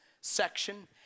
section